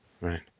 Right